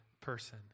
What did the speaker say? person